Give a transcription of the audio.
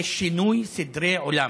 זה שינוי סדרי עולם.